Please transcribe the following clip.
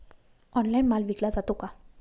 Online माल विकला जातो का?